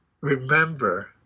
remember